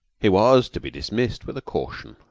he was to be dismissed with a caution,